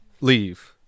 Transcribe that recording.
leave